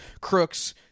crooks